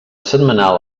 setmanal